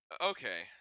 Okay